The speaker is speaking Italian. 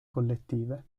collettive